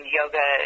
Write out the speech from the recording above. yoga